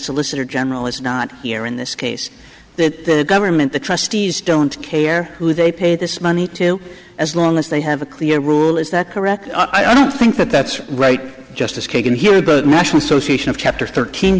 solicitor general is not here in this case that government the trustees don't care who they pay this money to as long as they have a clear rule is that correct i don't think that that's right justice kagan here but national association of chapter thirteen